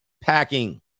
Packing